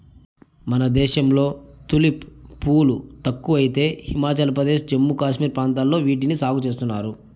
మన దేశంలో తులిప్ పూలు తక్కువ అయితే హిమాచల్ ప్రదేశ్, జమ్మూ కాశ్మీర్ ప్రాంతాలలో వీటిని సాగు చేస్తున్నారు